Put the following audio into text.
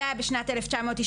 זה היה בשנת 1996,